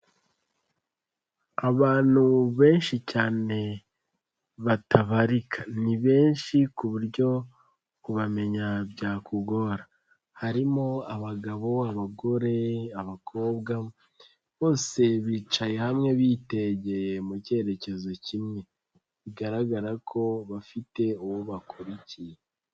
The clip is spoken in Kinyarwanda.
Abantu benshi cyane batabarika. Ni benshi ku buryo kubamenya byakugora. Harimo abagabo, abagore, abakobwa bose bicaye hamwe bitegeye mu kerekezo kimwe. Bigaragara ko bafite uwo bakurikiye.